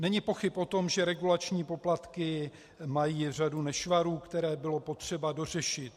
Není pochyb o tom, že regulační poplatky mají řadu nešvarů, které bylo potřeba dořešit.